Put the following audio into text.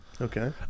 Okay